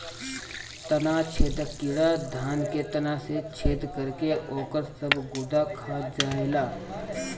तना छेदक कीड़ा धान के तना में छेद करके ओकर सब गुदा खा जाएला